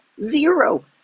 Zero